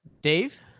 Dave